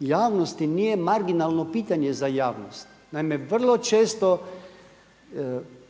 javnosti nije marginalno pitanje za javnost. Naime, vrlo često